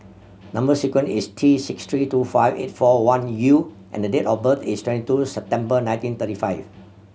number sequence is T six three two five eight four one U and date of birth is twenty two September nineteen thirty five